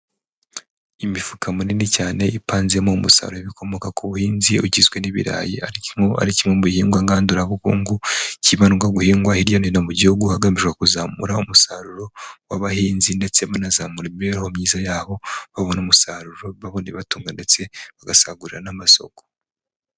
Imifuka muninini cyane ipanzemo umusaruro w'ibikomoka ku buhinzi ugizwe n'ibirayi ari kimwe mu bihingwa ngandurabukungu, kibandwa guhingwa hirya no hino mu gihugu hagamijwe kuzamura umusaruro w'abahinzi ndetse banazamura imibereho myiza yabo babona umusaruro, babona ibibatunga ndetse bagasagurira n'amasoko.